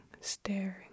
staring